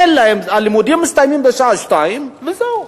אין להם, הלימודים מסתיימים בשעה 14:00 וזהו.